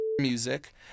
music